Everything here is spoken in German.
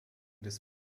des